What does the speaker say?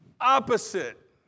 opposite